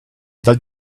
that